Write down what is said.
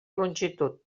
longitud